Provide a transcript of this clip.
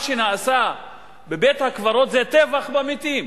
מה שנעשה בבית-הקברות זה טבח במתים.